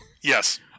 Yes